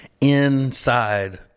inside